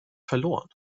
verloren